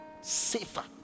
Safer